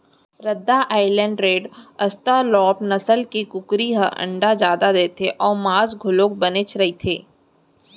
रद्दा island red, australorp नसल के कुकरी ह अंडा जादा देथे अउ मांस घलोक बनेच रहिथे